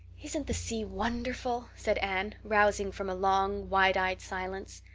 isn't the sea wonderful? said anne, rousing from a long, wide-eyed silence.